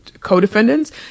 co-defendants